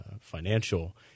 financial